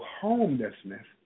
homelessness